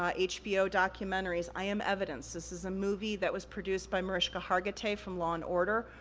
um hbo documentary's i am evidence. this is a movie that was produced by mariska hargitay, from law and order.